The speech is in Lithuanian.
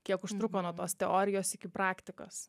kiek užtruko nuo tos teorijos iki praktikos